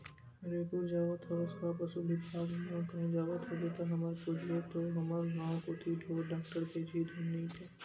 रइपुर जावत हवस का पसु बिभाग म कहूं जावत होबे ता हमर पूछबे तो हमर गांव कोती ढोर डॉक्टर भेजही धुन नइते